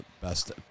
best